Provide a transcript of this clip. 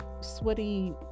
sweaty